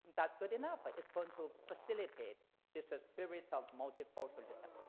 that's good enough but it's going to facilitate this ah spirit of multi-culturalism.